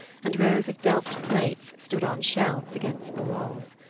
and rows of delft plates stood on shelves against the walls.